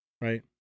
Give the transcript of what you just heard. right